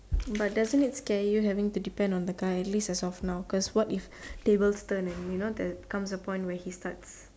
but doesn't it scare you having to depending on the guy guy at least as of now like what if tables turn and he starts